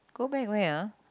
go back where ah